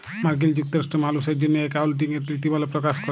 মার্কিল যুক্তরাষ্ট্রে মালুসের জ্যনহে একাউল্টিংয়ের লিতিমালা পকাশ ক্যরে